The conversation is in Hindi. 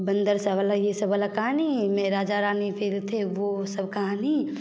बंदर सा वाला यह सब वाला कहानी मैं राजा रानी फ़िर थे वह सब कहानी